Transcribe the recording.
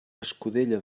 escudella